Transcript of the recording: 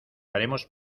haremos